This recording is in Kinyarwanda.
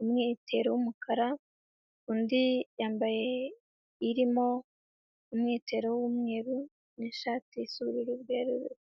umwitero w'umukara undi yambaye irimo umwitero w'umweru n'ishati y'ubururu bwerurutse.